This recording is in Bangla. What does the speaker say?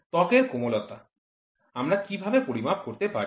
ত্বকের কোমলতা আমরা কীভাবে পরিমাপ করতে পারি